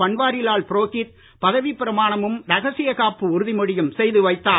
பன்வாரிலால் புரோகித் பதவிப் பிரமாணமும் ரகசியக் காப்பு உறுதிமொழியும் செய்து வைத்தார்